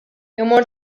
immur